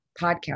podcast